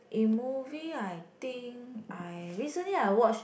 in movie I think I recently I watch